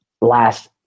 last